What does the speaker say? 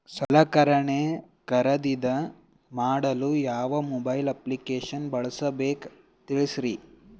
ಸಲಕರಣೆ ಖರದಿದ ಮಾಡಲು ಯಾವ ಮೊಬೈಲ್ ಅಪ್ಲಿಕೇಶನ್ ಬಳಸಬೇಕ ತಿಲ್ಸರಿ?